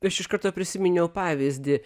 aš iš karto prisiminiau pavyzdį